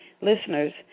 listeners